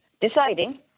deciding